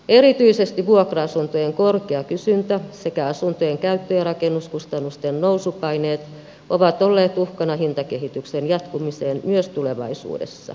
erityisesti vuokra asuntojen korkea kysyntä sekä asuntojen käyttö ja rakennuskustannusten nousupaineet ovat olleet uhkana hintakehityksen jatkumiselle myös tulevaisuudessa